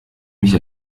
mich